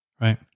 Right